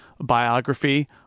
biography